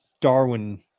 Darwin